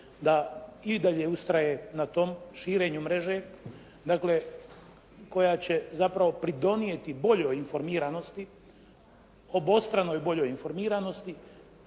da i dalje ustraje na tom širenju mreže. Dakle, koja će zapravo pridonijeti boljoj informiranosti, obostranoj boljoj informiranosti